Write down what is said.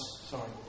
sorry